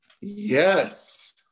Yes